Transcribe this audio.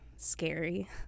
scary